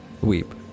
Weep